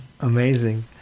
Amazing